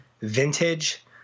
Vintage